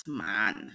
man